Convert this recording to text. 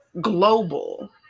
Global